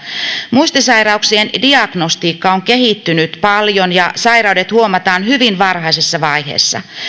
muistisairauksien diagnostiikka on kehittynyt paljon ja sairaudet huomataan hyvin varhaisessa vaiheessa